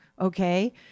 okay